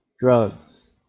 drugs